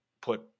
put